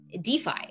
DeFi